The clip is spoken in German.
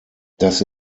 das